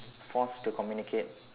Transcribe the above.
forced to communicate